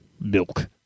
milk